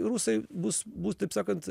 rusai bus bus taip sakant